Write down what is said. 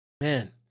Man